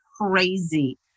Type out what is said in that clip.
crazy